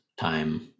Time